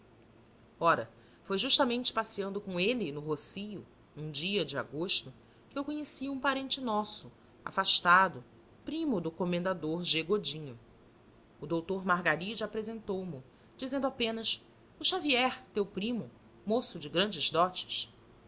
ora foi justamente passeando com ele no rossio num dia de agosto que eu conheci um parente nosso afastado primo do comendador g godinho o doutor margaride apresentou mo dizendo apenas o xavier teu primo moço de grandes dotes